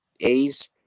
A's